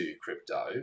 crypto